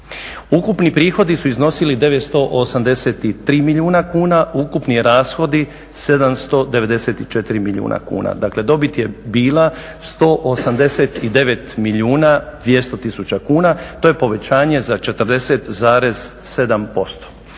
Ukupni prihodi su iznosili 983 milijuna kuna, ukupni rashodi 794 milijuna kuna. Dakle, dobit je bila 189 milijuna 200 tisuća kuna, to je povećanje za 40,7%.